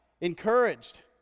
encouraged